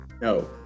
No